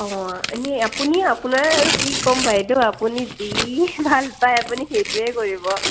অঁ এনেই আপুনি আপোনাৰ আৰু কি ক'ম বাইদেউ আপুনি যি ভাল পায় আপুনি সেইটোৱে কৰিব